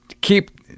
keep